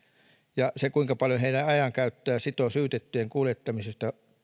ja se kuinka paljon heidän ajankäyttöään sitoo syytettyjen kuljettaminen